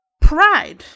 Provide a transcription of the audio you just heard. pride